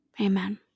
Amen